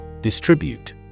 Distribute